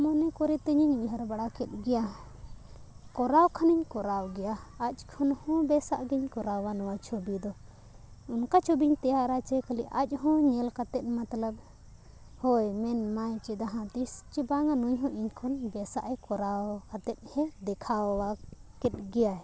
ᱢᱚᱱᱮ ᱠᱚᱨᱮ ᱛᱤᱧ ᱩᱭᱦᱟᱹᱨ ᱵᱟᱲᱟ ᱠᱮᱫ ᱜᱮᱭᱟ ᱠᱚᱨᱟᱣ ᱠᱷᱟᱱᱤᱧ ᱠᱚᱨᱟᱣ ᱜᱮᱭᱟ ᱟᱡ ᱠᱷᱚᱱ ᱦᱚᱸ ᱵᱮᱥᱟᱜ ᱜᱤᱧ ᱠᱚᱨᱟᱣᱟ ᱱᱚᱣᱟ ᱪᱷᱚᱵᱤ ᱫᱚ ᱚᱱᱠᱟ ᱪᱷᱚᱵᱤᱧ ᱛᱮᱭᱟᱨᱟ ᱪᱮ ᱠᱷᱟᱞᱤ ᱟᱡ ᱦᱚᱸ ᱧᱮᱞ ᱠᱟᱛᱮ ᱢᱚᱛᱞᱚᱵ ᱦᱳᱭ ᱢᱮᱱᱢᱟᱭ ᱪᱮ ᱡᱟᱦᱟ ᱛᱤᱥ ᱪᱮ ᱵᱟᱝ ᱱᱩᱭ ᱦᱚᱸ ᱤᱧ ᱠᱷᱚᱱ ᱵᱮᱥᱟᱜ ᱮ ᱠᱚᱨᱟᱣ ᱠᱟᱛᱮ ᱫᱮᱠᱷᱟᱣᱟ ᱠᱮᱫ ᱜᱮᱭᱟᱭ